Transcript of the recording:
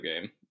game